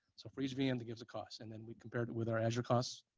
so for each vm, it gives a cost, and then we compared it with our azure costs.